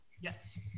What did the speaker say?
Yes